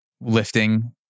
lifting